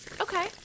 Okay